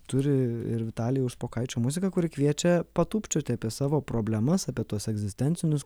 turi ir vitalijaus špokaičio muzika kuri kviečia patūpčioti apie savo problemas apie tuos egzistencinius